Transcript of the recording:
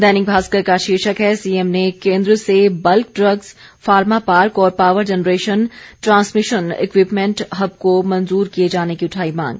दैनिक भास्कर का शीर्षक है सीएम ने केन्द्र से बल्क ड्रग्स फार्मा पार्क और power generation transmission equipment hub को मंजूर किए जाने की उठाई मांग